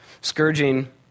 scourging